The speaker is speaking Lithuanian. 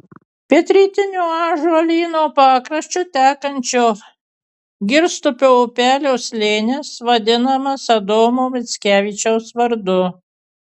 pietrytiniu ąžuolyno pakraščiu tekančio girstupio upelio slėnis vadinamas adomo mickevičiaus vardu